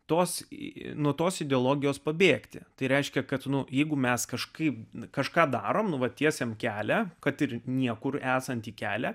tos į nuo tos ideologijos pabėgti tai reiškia kad nuo jeigu mes kažkaip kažką darome nutiesiame kelią kad ir niekur esantį kelią